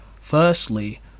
Firstly